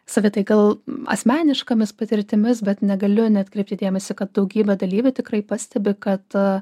savitai gal asmeniškomis patirtimis bet negaliu neatkreipti dėmesį kad daugybė dalyvių tikrai pastebi kad